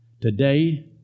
Today